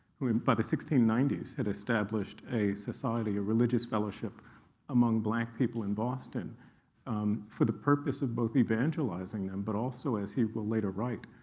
who by the sixteen ninety s had established a society a religious fellowship among black people in boston for the purpose of both evangelizing them but also, as he will later write,